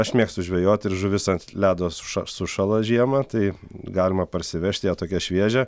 aš mėgstu žvejot ir žuvis ant ledo suš sušąla žiemą tai galima parsivežt ją tokią šviežią